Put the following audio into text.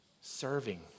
serving